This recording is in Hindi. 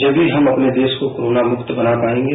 जब ही हम अपने देश को कोरोना मुक्त बनाए पाएंगे